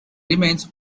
remains